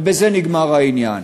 ובזה נגמר העניין.